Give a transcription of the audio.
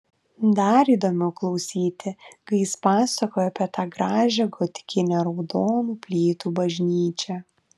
dar įdomiau klausyti kai jis pasakoja apie tą gražią gotikinę raudonų plytų bažnyčią